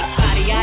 body